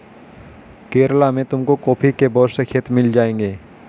केरला में तुमको कॉफी के बहुत से खेत मिल जाएंगे